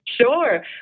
Sure